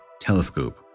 Telescope